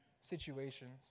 situations